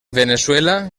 veneçuela